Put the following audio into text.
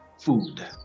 food